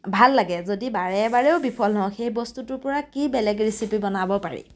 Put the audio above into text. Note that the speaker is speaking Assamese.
ভাল লাগে যদি বাৰে বাৰেও বিফল নহওঁ সেই বস্তুটোৰ পৰা কি বেলেগ ৰেচিপি বনাব পাৰি